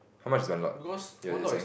how much is one lot you you're saying